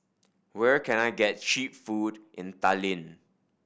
where can I get cheap food in Tallinn